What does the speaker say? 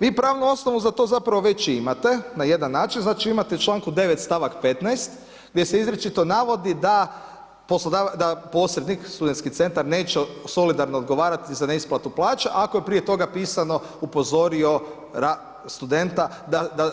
Vi pravnu osnovu za to zapravo već imate na jedan način, znači imate u članku 9. stavak 15. gdje se izričito navodi da posrednik studentski centar neće solidarno odgovarati za neisplatu plaću ako je prije toga pisano upozorio studenta